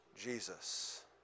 Jesus